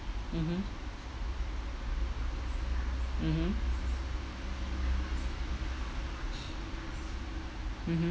mmhmm mmhmm mmhmm